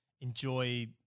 enjoy